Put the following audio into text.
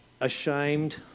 ashamed